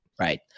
right